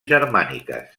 germàniques